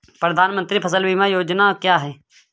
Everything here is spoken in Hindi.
प्रधानमंत्री फसल बीमा योजना क्या है?